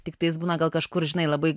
tiktais būna gal kažkur žinai labai